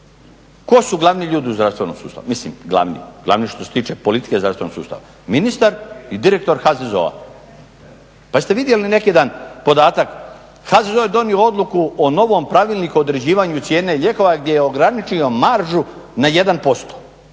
Tko su glavni ljudi u zdravstvenom sustavu? Mislim glavni, glavni što se tiče politike zdravstvenog sustava. Ministar i direktor HZZO-a. Pa jeste vidjeli neki dan podatak HZZO je donio odluku o novom Pravilniku o određivanju cijene lijekova gdje je ograničio maržu na 1%.